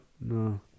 no